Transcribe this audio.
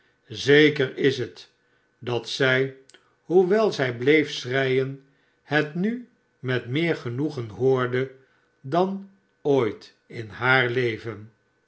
zeker is het dat zij hoewel zij bleef schreien het nu met meer genoegen hoorde dan ooit in haar leven